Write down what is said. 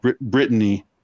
Brittany